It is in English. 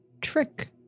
trick